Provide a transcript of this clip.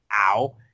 ow